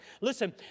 Listen